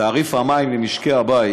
תעריף המים למשקי הבית